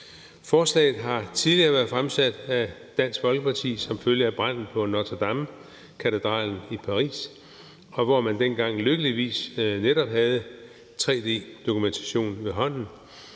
Forslaget har tidligere været fremsat af Dansk Folkeparti som følge af branden i katedralen Notre-Dame i Paris, hvor man dengang lykkeligvis havde netop tre-d-dokumentation ved hånden,